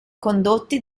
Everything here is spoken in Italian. condotti